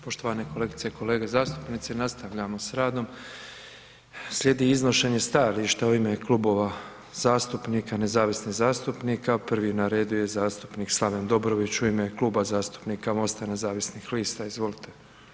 Poštovane kolegice i kolege zastupnici nastavljamo s radom, slijedi iznošenje stajališta u ime klubova zastupnika, nezavisnih zastupnika, prvi na redu je zastupnik Slaven Dobrović, u ime Kluba zastupnika MOST-a nezavisnih lista, izvolite.